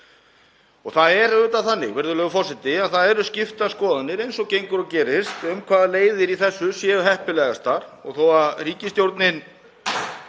Það er auðvitað þannig, virðulegur forseti, að það eru skiptar skoðanir eins og gengur og gerist um hvaða leiðir í þessu séu heppilegastar og þó að ríkisstjórnin